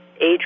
age